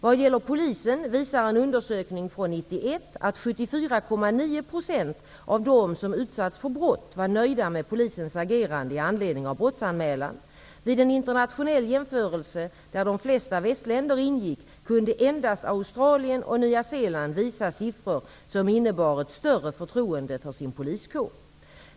Vad gäller polisen visar en undersökning från år 1991 att Vid en internationell jämförelse, där de flesta västländer ingick, kunde endast Australien och Nya Zeeland visa siffror som innebar ett större förtroende för sin poliskår.